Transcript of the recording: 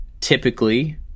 typically